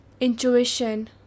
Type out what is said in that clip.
intuition